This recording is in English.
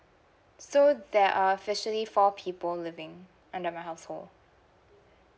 so there are officially four people living under my household